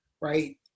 right